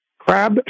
Crab